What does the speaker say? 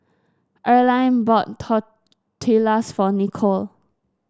Earline bought Tortillas for Nikole